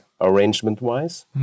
arrangement-wise